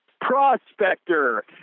prospector